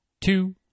two